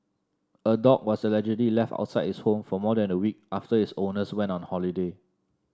a dog was allegedly left outside its home for more than a week after its owners went on holiday